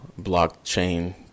blockchain